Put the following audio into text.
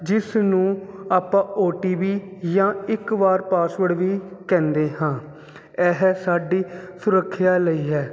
ਜਿਸ ਨੂੰ ਆਪਾਂ ਓਟੀਪੀ ਜਾਂ ਇੱਕ ਵਾਰ ਪਾਸਵਰਡ ਵੀ ਕਹਿੰਦੇ ਹਾਂ ਇਹ ਸਾਡੀ ਸੁਰੱਖਿਆ ਲਈ ਹੈ